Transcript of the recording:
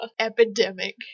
epidemic